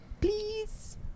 Please